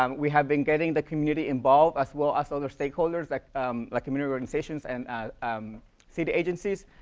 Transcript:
um we have been getting the community involved, as well as other stakeholders like um like community organizations and ah um city agencies.